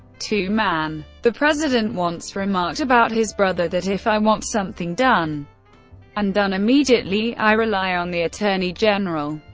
two man. the president once remarked about his brother that, if i want something done and done immediately i rely on the attorney general.